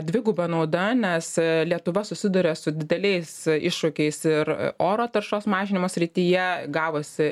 dviguba nauda nes lietuva susiduria su dideliais iššūkiais ir oro taršos mažinimo srityje gavosi